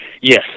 Yes